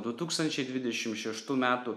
du tūkstančiai dvidešim šeštų metų